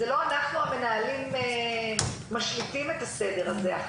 זה לא אנחנו המנהלים משליטים את הסדר הזה,